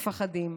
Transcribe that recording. מפחדים,